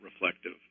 reflective